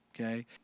okay